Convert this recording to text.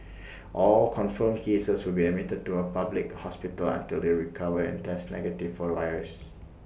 all confirmed cases will be admitted to A public hospital until they recover and test negative for the virus